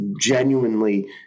genuinely